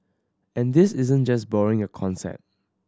and this isn't just borrowing a concept